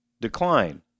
decline